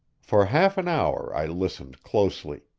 for half an hour i listened closely.